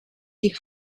die